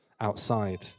outside